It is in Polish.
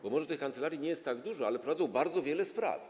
Bo może tych kancelarii nie jest tak dużo, ale prowadzą one bardzo wiele spraw.